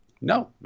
No